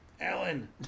Alan